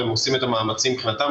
והם עושים את המאמצים מבחינתם.